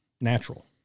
natural